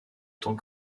tant